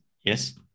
yes